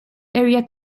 area